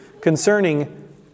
concerning